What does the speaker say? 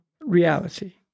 reality